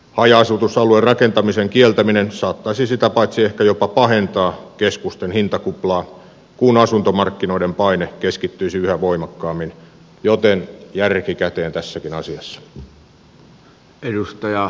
haja asutusalueen rakentamisen kieltäminen saattaisi sitä paitsi ehkä jopa pahentaa keskusten hintakuplaa kun asuntomarkkinoiden paine keskittyisi yhä voimakkaammin joten järki käteen tässäkin asiassa